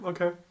Okay